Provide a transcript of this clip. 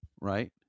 right